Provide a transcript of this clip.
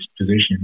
position